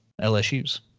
LSU's